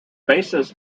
basis